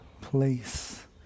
place